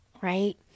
right